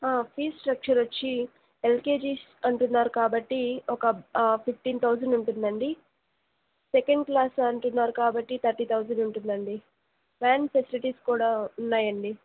fees structure వచ్చి LKG అంటున్నారు కాబట్టి ఒక ఫిఫ్టీన్ థౌజండ్ ఉంటుందండి సెకండ్ క్లాస్ అంటున్నారు కాబట్టి థర్టీ థౌజండ్ ఉంటుందండి వ్యాన్ ఫెసిలిటీస్ కూడా ఉన్నాయండి